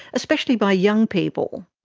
especially by young people.